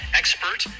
expert